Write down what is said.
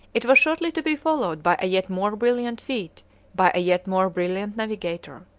it was shortly to be followed by a yet more brilliant feat by a yet more brilliant navigator,